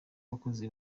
abakozi